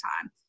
time